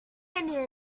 canyon